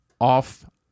off